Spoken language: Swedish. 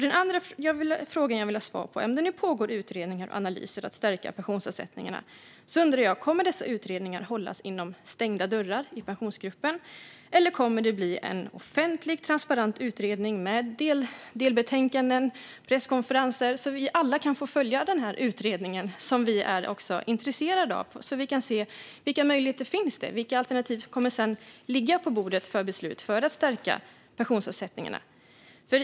Den andra fråga jag vill ha svar på är: Om det nu pågår utredningar och analyser när det gäller att stärka pensionsavsättningarna, kommer dessa utredningar att hållas bakom stängda dörrar i Pensionsgruppen, eller kommer det att bli en offentlig och transparent utredning med delbetänkanden och presskonferenser, så att vi alla kan följa utredningen, som vi är intresserade av, och se vilka möjligheter det finns och vilka alternativ som sedan kommer att ligga på bordet för beslut om att stärka pensionsavsättningarna?